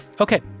Okay